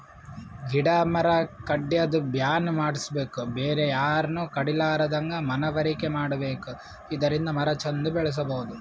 ಗಿಡ ಮರ ಕಡ್ಯದ್ ಬ್ಯಾನ್ ಮಾಡ್ಸಬೇಕ್ ಬೇರೆ ಯಾರನು ಕಡಿಲಾರದಂಗ್ ಮನವರಿಕೆ ಮಾಡ್ಬೇಕ್ ಇದರಿಂದ ಮರ ಚಂದ್ ಬೆಳಸಬಹುದ್